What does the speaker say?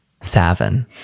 Seven